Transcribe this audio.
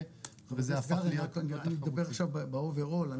וזה הפך להיות --- אתה מדבר עכשיו באובר אול.